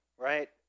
right